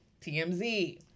TMZ